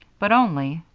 but only,